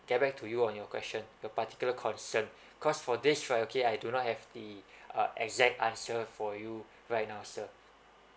get back to you on your question the particular concern cause for this right okay I do not have the uh exact answer for you right now sir